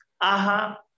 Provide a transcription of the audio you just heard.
aha